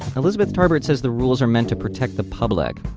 elizabeth tarbert says the rules are meant to protect the public.